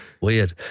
Weird